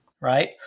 right